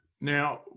Now